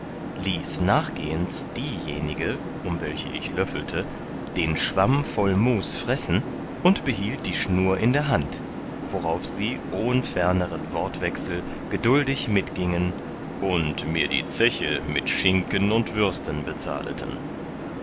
ließ nachgehends diejenige um welche ich löffelte den schwamm voll mus fressen und behielt die schnur in der hand worauf sie ohn fernern wortwechsel gedultig mitgiengen und mir die zeche mit schinken und würsten bezahleten